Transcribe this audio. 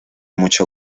mucho